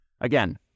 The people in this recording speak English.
again